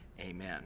Amen